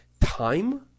time